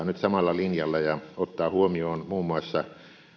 nyt samalla linjalla ja ottaa huomioon muun muassa